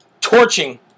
torching